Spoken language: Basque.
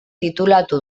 titulatu